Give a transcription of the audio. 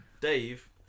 Dave